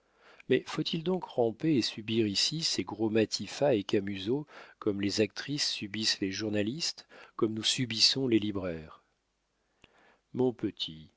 mais faut-il donc ramper et subir ici ces gros matifat et camusot comme les actrices subissent les journalistes comme nous subissons les libraires mon petit